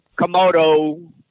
Komodo